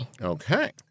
Okay